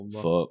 Fuck